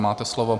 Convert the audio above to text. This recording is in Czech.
Máte slovo.